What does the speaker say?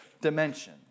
dimension